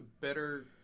better